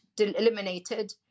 eliminated